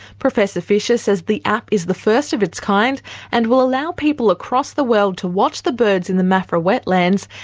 professor fisher says the app is the first of its kind and will allow people across the world to watch the birds in the maffra wetlands,